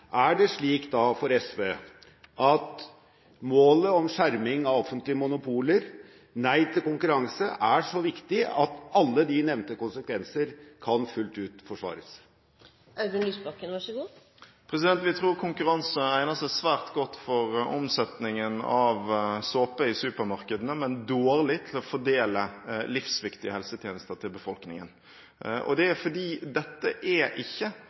Er det slik for SV at målet om skjerming av offentlige monopoler – nei til konkurranse – er så viktig at alle de nevnte konsekvenser fullt ut kan forsvares? Vi tror konkurranse egner seg svært godt for omsetningen av såpe i supermarkedene, men dårlig til å fordele livsviktige helsetjenester til befolkningen. Det er fordi dette ikke er